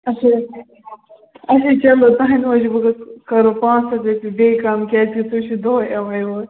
اچھا اچھا چَلو تُہنٛدِ موٗجوٗب حظ کَرو پانٛژھ ہَتھ رۄپیہِ بیٚیہِ کَم کیازکہِ تُہۍ چھُو دُہے یِوان یوٗر